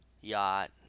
Yacht